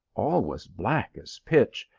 all was black as pitch,